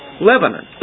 Lebanon